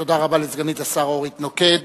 תודה רבה לסגנית השר אורית נוקד.